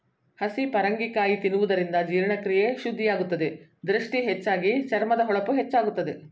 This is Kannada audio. ಹಸಿ ಪರಂಗಿ ಕಾಯಿ ತಿನ್ನುವುದರಿಂದ ಜೀರ್ಣಕ್ರಿಯೆ ಶುದ್ಧಿಯಾಗುತ್ತದೆ, ದೃಷ್ಟಿ ಹೆಚ್ಚಾಗಿ, ಚರ್ಮದ ಹೊಳಪು ಹೆಚ್ಚಾಗುತ್ತದೆ